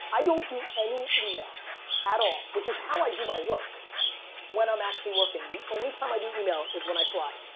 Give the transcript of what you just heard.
i don't do any email at all, which is how i do my work when i'm actually working. the only time i do email is when i fly,